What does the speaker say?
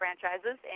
franchises